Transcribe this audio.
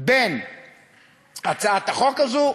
בין הצעת החוק הזו,